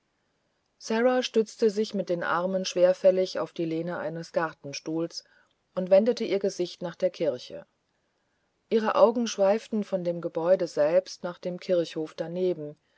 stützte sich mit den armen schwerfällig auf die lehne eines gartenstuhls und wendete ihr gesicht nach der kirche ihre augen schweiften von dem gebäude selbst nach dem kirchhof daneben